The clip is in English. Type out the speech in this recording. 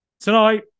Tonight